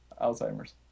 Alzheimer's